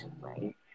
Right